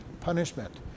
punishment